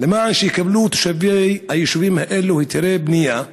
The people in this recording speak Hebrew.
למען יקבלו תושבי היישובים האלה היתרי בנייה?